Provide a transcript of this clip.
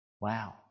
Wow